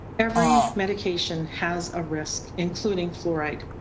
every medication has a risk including fluoride,